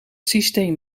systeem